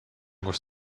koos